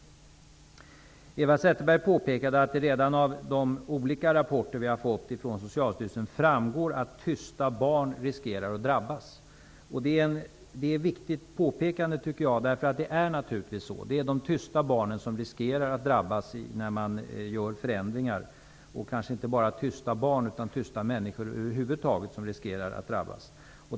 Eva Zetterberg påpekade att det redan av de olika rapporter vi har fått från Socialstyrelsen framgår att tysta barn riskerar att drabbas. Det är ett viktigt påpekande, tycker jag, för det är naturligtvis så. Det är de tysta barnen som riskerar att drabbas när man gör förändringar. Det är kanske inte bara tysta barn, utan tysta människor över huvud taget som riskerar att drabbas.